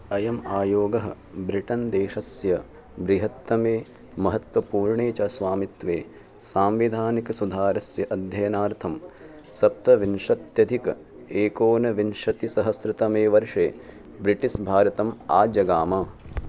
अयम् आयोगः ब्रिटन् देशस्य बृहत्तमे महत्त्वपूर्णे च स्वामित्वे सांविधानिकसुधारस्य अध्ययनार्थं सप्तविंशत्यधिके एकोनविंशतिसहस्रतमे वर्षे ब्रिटिस् भारतम् आजगाम